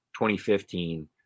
2015